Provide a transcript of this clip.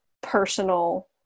personal